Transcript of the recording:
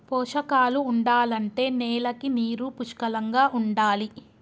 పోషకాలు ఉండాలంటే నేలకి నీరు పుష్కలంగా ఉండాలి